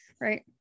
right